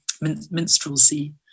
minstrelsy